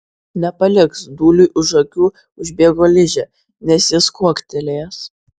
nepaliks dūliui už akių užbėgo ližė nes jis kuoktelėjęs